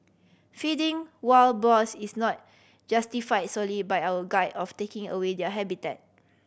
feeding wild boars is not justify solely by our of taking away their habitat